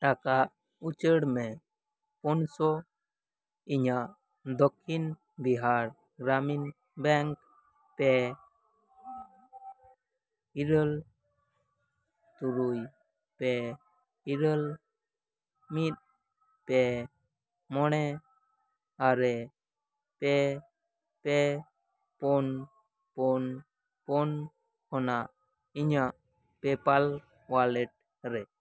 ᱴᱟᱠᱟ ᱩᱪᱟᱹᱲᱢᱮ ᱯᱩᱱᱥᱚ ᱤᱧᱟ ᱜ ᱫᱚᱠᱠᱷᱤᱱ ᱵᱤᱦᱟᱨ ᱜᱨᱟᱢᱤᱱ ᱵᱮᱝᱠ ᱯᱮ ᱤᱨᱟᱹᱞ ᱛᱩᱨᱩᱭ ᱯᱮ ᱤᱨᱟᱹᱞ ᱢᱤᱫ ᱯᱮ ᱢᱚᱬᱮ ᱟᱨᱮ ᱯᱮ ᱯᱮ ᱯᱩᱱ ᱯᱩᱱ ᱯᱩᱱ ᱚᱱᱟ ᱤᱧᱟᱹᱜ ᱯᱮ ᱯᱟᱞ ᱚᱣᱟᱞᱮᱴ ᱨᱮ